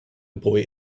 boy